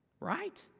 Right